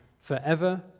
forever